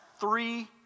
three